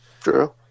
true